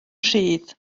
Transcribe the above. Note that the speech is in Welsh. rhydd